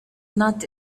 not